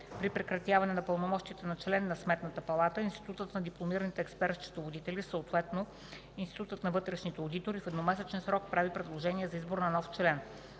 При прекратяване на пълномощията на член на Сметната палата, Институтът на дипломираните експерт счетоводители, съответно Институтът на вътрешните одитори в едномесечен срок прави предложение за избор на нов член.